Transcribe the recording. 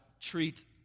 treat